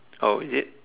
oh is it